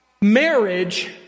marriage